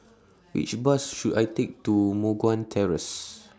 Which Bus should I Take to Moh Guan Terrace